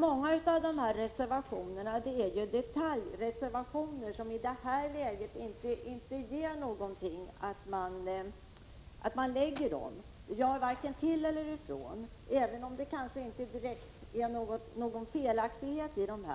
Många av de reservationer vi behandlar nu är detaljreservationer, som inte betyder så mycket i dagens läge. De gör varken till eller ifrån, även om det kanske inte finns direkta felaktigheter i dem.